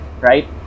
right